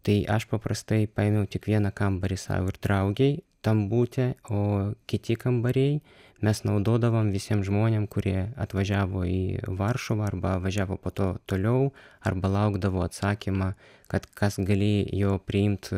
tai aš paprastai paėmiau tik vieną kambarį sau ir draugei tam bute o kiti kambariai mes naudodavom visiem žmonėm kurie atvažiavo į varšuvą arba važiavo po to toliau arba laukdavo atsakymą kad kas galėjo priimt